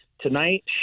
tonight